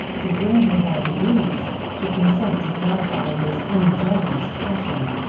to bring her by degrees to consent to gratify his ungenerous passion.